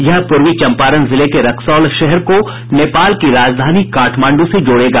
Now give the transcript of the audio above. यह प्रर्वी चम्पारण जिले के रक्सौल शहर को नेपाल की राजधानी काठमांड् से जोड़ेगा